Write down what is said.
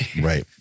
Right